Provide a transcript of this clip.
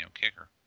kicker